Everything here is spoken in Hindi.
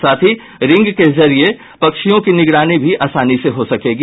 साथ ही रिंग के जरिये पक्षियों की निगरानी भी आसानी से हो सकेगी